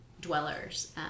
dwellers